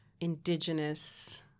Indigenous